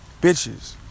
bitches